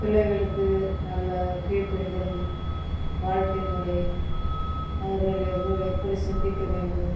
பிள்ளைகளுக்கு நல்ல கீழ்ப்படிதல் வாழ்க்கை முறை அவர்கள் எப்படி எப்படி சிந்திக்க வேண்டும்